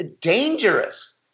dangerous